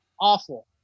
Awful